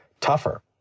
tougher